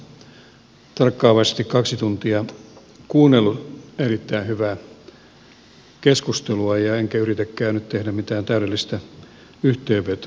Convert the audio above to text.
olen tässä tarkkaavaisesti kaksi tuntia kuunnellut erittäin hyvää keskustelua enkä yritäkään nyt tehdä mitään täydellistä yhteenvetoa